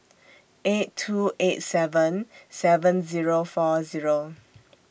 eight two eight seven seven Zero four Zero